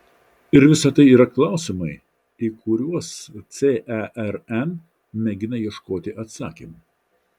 ir visa tai yra klausimai į kuriuos cern mėgina ieškoti atsakymų